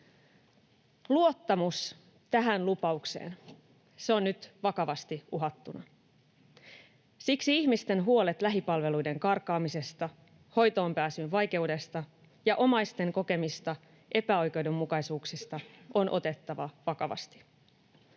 Luottamus tähän lupaukseen on nyt vakavasti uhattuna. Siksi ihmisten huolet lähipalveluiden karkaamisesta, hoitoonpääsyn vaikeudesta ja omaisten kokemista epäoikeudenmukaisuuksista on otettava vakavasti.